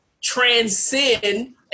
transcend